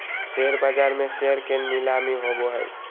share बाज़ार में share के नीलामी होबो हइ